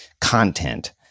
content